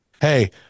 Hey